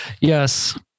Yes